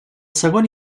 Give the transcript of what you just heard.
segon